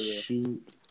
Shoot